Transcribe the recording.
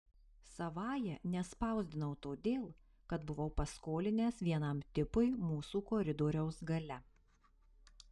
savąja nespausdinau todėl kad buvau paskolinęs vienam tipui mūsų koridoriaus gale